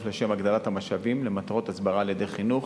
לשם הגדלת המשאבים למטרות הסברה על-ידי חינוך